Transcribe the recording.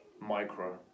micro